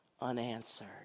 unanswered